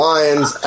Lions